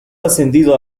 ascendido